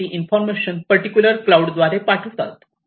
आणि ती information particular cloud द्वारे पाठवितात